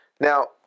Now